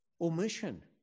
omission